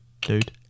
dude